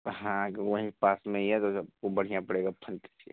हाँ तो वहीं पास में ही है वो बढ़िया पड़ेगा फंटे के लिये